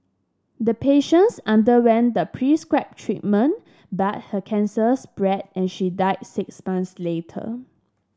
the patients underwent the prescribed treatment but her cancer spread and she died six months later